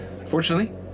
Unfortunately